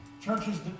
churches